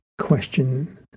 question